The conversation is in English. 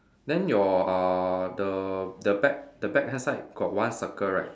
then your uh the the back the back left side got one circle right